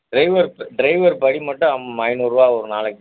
டிரைவருக்கு ட்ரைவர் படி மட்டும் அம் ஐந்நூறுரூவா ஒரு நாளைக்கு